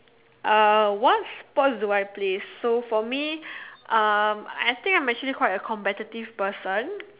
uh what sports do I play so for me um I think I'm actually quite a competitive person